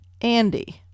Andy